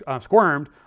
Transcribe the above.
squirmed